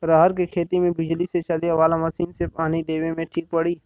रहर के खेती मे बिजली से चले वाला मसीन से पानी देवे मे ठीक पड़ी?